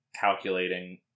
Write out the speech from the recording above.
calculating